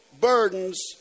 burdens